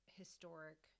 historic